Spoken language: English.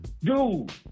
Dude